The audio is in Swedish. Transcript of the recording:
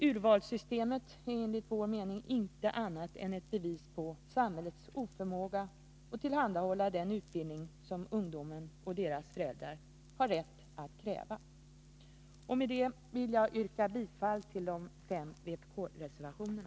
Urvalssystemet är enligt vår mening inte något annat än ett bevis på samhällets oförmåga att tillhandahålla den utbildning som ungdomarna och deras föräldrar har rätt att kräva. Med det anförda yrkar jag bifall till de fem vpk-reservationerna.